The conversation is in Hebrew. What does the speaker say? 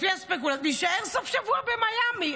לפי הספקולציות, להישאר סוף שבוע במיאמי.